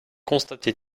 constaté